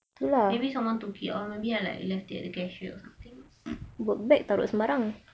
maybe someone took it or maybe like I left it at the cashier or something